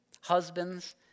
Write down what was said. husbands